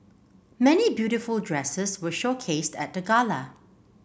many beautiful dresses were showcased at the gala